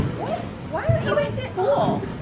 what, why aren't you at school?